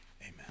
Amen